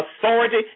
authority